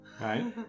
Right